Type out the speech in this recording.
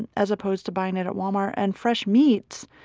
and as opposed to buying it at walmart. and fresh meats,